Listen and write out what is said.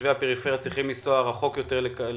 תושבי הפריפריה צריכים לנסוע רחוק יותר כדי